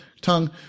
tongue